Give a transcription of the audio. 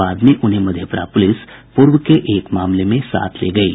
बाद में उन्हें मधेपुरा पुलिस पूर्व के एक मामले में साथ ले गयी